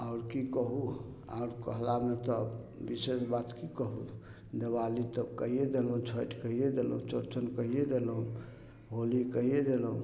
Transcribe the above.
आओर की कहू अहाँके कहलामे तऽ विशेष बात की कहू दीवाली तऽ कहिये देलहुँ छैठ कहिये देलहुँ चौरचन कहिये देलहुँ होली कहिये देलहुँ